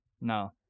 no